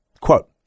quote